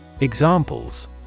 Examples